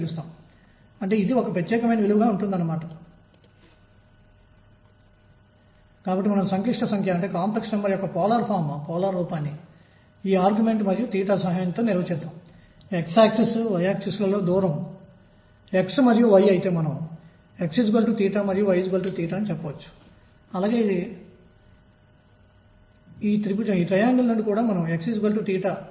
ఈ వృత్తం అంటే p అని నేను వివరిస్తాను కాబట్టి ఆవర్తన చలనంపీరియాడిక్ మోషన్ కోసం చర్యయాక్షన్లు నిర్వచించబడతాయి దీనిని px dx అని పిలుద్దాం ఇదీ చర్య